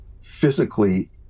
physically